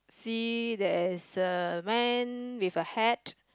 see there's a man with a hat